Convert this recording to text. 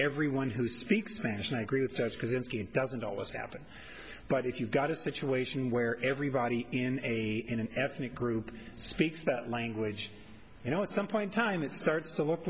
everyone who speaks spanish and i agree with judge kozinski it doesn't always happen but if you've got a situation where everybody in a in an ethnic group speaks that language you know at some point time it starts to look